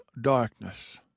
darkness